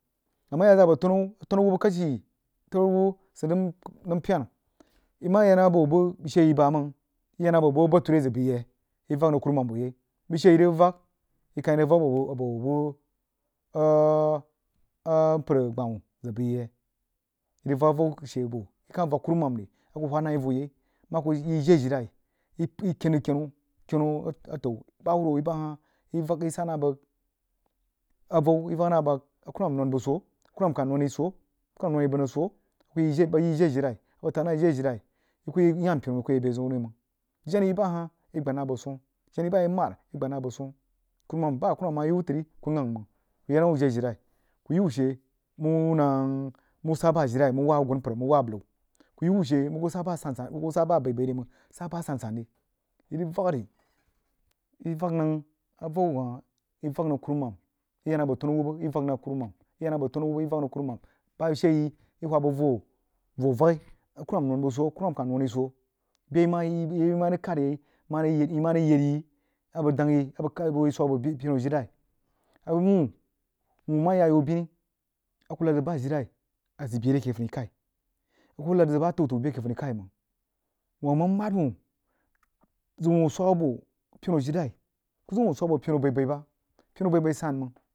A mah yah zah abo tenu auhbba tenu awubba kashi yanu awubba sid nəm pyena yi mah yah abo bəg shee yí bamang yi yah nəmg abo bəg a bature zəg bəi. Ye yí vak nang kuruman bo yai bəg shee yí rig vak yi kah rig vak abo bəg mpər agbawuh zəg bəi ye yí rig vak avou she bo yi keh vak kurumam ri a kuh uheh nah yi voh yai mah kuh yəg yi jini abilai yi ken nang yanu, kyanu atə’u ba huruhum yi bahati a bəg vak sah nah bəg avou yi vak nah bəg a kurumam nou bəg soo ai kurumam kah non yi soo a kuh yi jiri atilai yi kuh yahn pina yi kuh yak beziun ri mang jenah yi bahah yi gbad nah bəg swoh kurumam bah a kumum nah yi wuh trí kuh shang meng kul ya nah wuh jiu ajilai kubyi wuh she muh nang mub sah bah ajilai muh wab agunpər muh web liu kuh yi wuh she muh kuh sa beh abai-bai ri mang sah bah asan san rí yī rig vak a ri yi vak nang avou hab yi vak nang kurumam yi yah nəng abo yanu awubba yi vak nəng kurumem bəg shee yi whah nəng bəg voh voh vaghi a kurumen nu bəg soo kuruman kah nou yi soo bən a yi mah rig kahd a yai yi mah rig yed a bəg dang yi a bəg ho yi swag abo pinu ajilai a wuh wuh mah yah ayan bini a kuh lahd zəg buh ajilai zəg bəa re ake fəni-khai a kuh kəg lahd zəg bah atəu-təu bəa re keh funi-ghai mang wah mah mahd uhuh zəg uhuh ʒweg abo pinu ajilai kuh zəg uhh swag abp pinu abai-bai bah pinu abai-bai san mang.